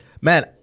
man